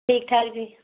ਠੀਕ ਠਾਕ ਜੀ